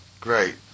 Great